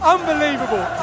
Unbelievable